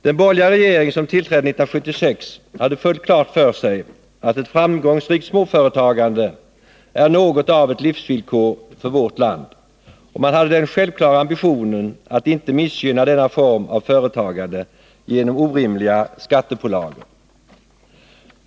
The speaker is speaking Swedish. Den borgerliga regering som tillträdde 1976 hade fullt klart för sig att ett framgångsrikt småföretagande är något av ett livsvillkor för vårt land, och man hade den självklara ambitionen att inte missgynna denna form av företagande genom orimliga skattepålagor.